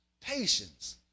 Patience